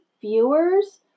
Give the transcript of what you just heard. viewers